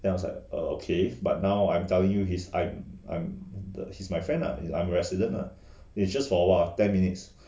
then I was like okay but now I'm telling you his I'm I'm the he's my friend ah I'm resident lah they just for a while ten minutes